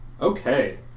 Okay